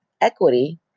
equity